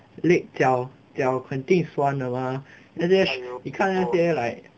leg 脚脚肯定酸的嘛那些你看那些 like